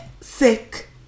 sick